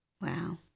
Wow